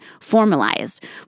formalized